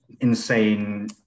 insane